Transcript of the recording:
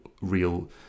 real